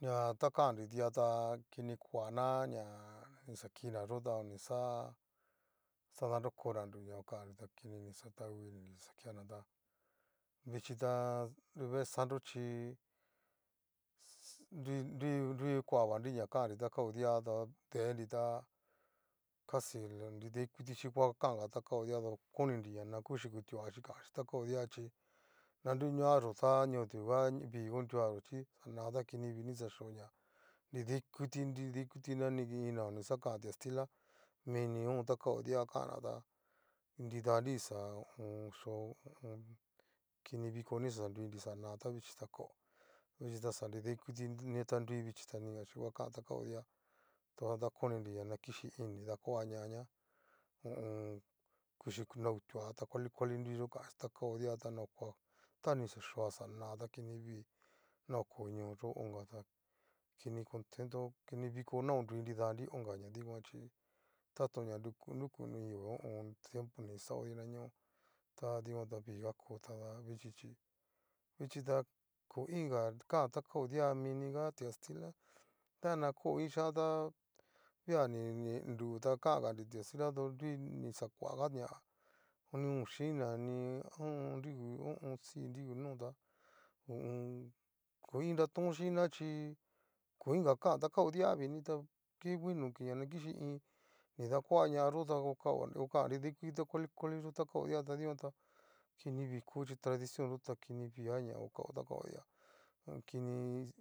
Ña ta kannri dia ta kini kuana ña ni xakina yó'o o nixa xadanrokonanru na oxakanri ta kini nixa tauininri nixakeana tá vichí ta nruvee santo chí, nru- nrui nrui kuavanri na kanri takao dia tu denrita casi nrida ikutichí ngua kanga ta kao dia tu koninri na kuxi kutuachi ña nruñuaxo ta nioduga vi konrua yo chí xana'a ta kini vii ni xa choña nridaikuiti nridaituna ni iin na onixakan dikastila, mini ta kao dia kanna ta ta nridadri nixa ho o on. kini viko ni xa nruinri xana ta vichí ta kó, vichí ta xanida ikuti nieta nrui vichí ni iingaxi va kan ta kao di'a, xajan ta koninri na kichí iin ni dakuañaña ho o on. kuxi a kutia ta kuali kuali nruiyo, kanxhi ta kao di'a ta na ho koa, ta ni xaa yoana xanata kini vii, naoko ñoo yo ongata kini contento kini viko na ngonruinidanri ongañadikuan chí tatón ña nrukunoinio ho o on. tiempo ni kixao nidaño tadikuan ta viga ko tada vichí chí vichí ta koiinga kan ta kao'dia miniga tigastila, tana ko iin chian tá via ni ninru ta kangadri tikastila tu nrui nixakoaga ña ni ochinina ni ho o on. nrungu si nrungu no ta ho o on. koiin nratón xhinna chí, koinga kan ta kao dia vini ta kebueno na ña kichí iin nidakuañayo tá okan nridaikuti ta kuali kualiyo ta kaodia ta kini vi ko shí tradiciónyo ta kinivia ña kao ta kao dia iin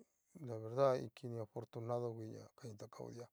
la verdad kini afortunado nguin ña kain ta kao dia.